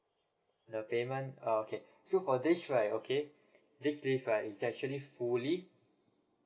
the payment okay so for this right okay this leave right is actually fully